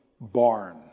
barn